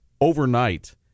overnight